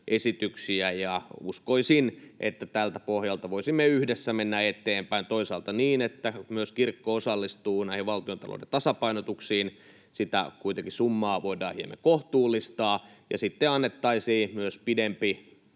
esityksiä. Uskoisin, että tältä pohjalta voisimme yhdessä mennä eteenpäin, toisaalta niin, että myös kirkko osallistuu näihin valtiontalouden tasapainotuksiin — sitä summaa voidaan kuitenkin hieman kohtuullistaa — ja sitten annettaisiin myös pidempi